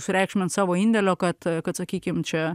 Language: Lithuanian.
sureikšmint savo indėlio kad kad sakykim čia